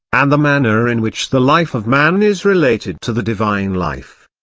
and the manner in which the life of man is related to the divine life.